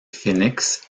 phénix